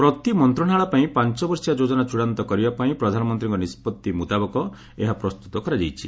ପ୍ରତି ମନ୍ତ୍ରଶାଳୟ ପାଇଁ ପାଞ୍ଚବର୍ଷିଆ ଯୋଜନା ଚୂଡ଼ାନ୍ତ କରିବା ପାଇଁ ପ୍ରଧାନମନ୍ତ୍ରୀଙ୍କ ନିଷ୍କଭି ମୁତାବକ ଏହା ପ୍ରସ୍ତୁତ କରାଯାଇଛି